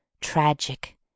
tragic